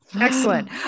Excellent